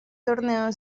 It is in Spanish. torneo